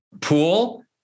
pool